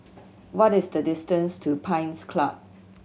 what is the distance to Pines Club